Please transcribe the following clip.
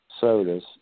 sodas